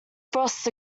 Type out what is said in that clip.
frosts